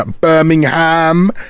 birmingham